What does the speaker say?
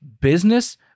business